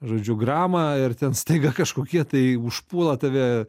žodžiu gramą ir ten staiga kažkokie tai užpuola tave